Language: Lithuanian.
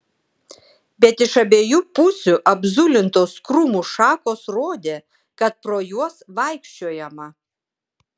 bet iš abiejų pusių apzulintos krūmų šakos rodė kad pro juos vaikščiojama